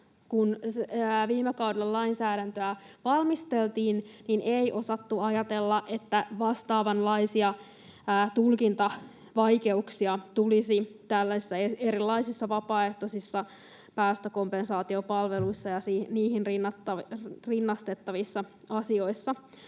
viime kaudella lainsäädäntöä valmisteltiin, ei osattu ajatella, että vastaavanlaisia tulkintavaikeuksia tulisi tällaisissa erilaisissa vapaaehtoisissa päästökompensaatiopalveluissa ja niihin rinnastettavissa asioissa,